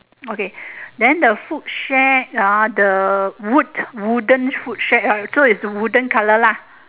okay then the food shack uh the wood wooden food shack hor so is wooden colour lah